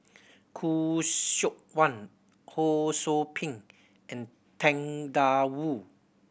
Khoo Seok Wan Ho Sou Ping and Tang Da Wu